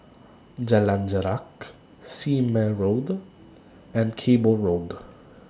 Jalan Jarak Sime Road and Cable Road